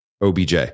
OBJ